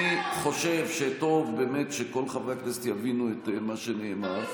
אני חושב שטוב באמת שכל חברי הכנסת יבינו את מה שנאמר,